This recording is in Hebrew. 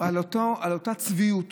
על אותה צביעות